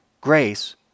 grace